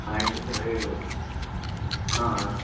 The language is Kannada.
ಆಯಿತು ಸರಿ ಆಂ ಆಂ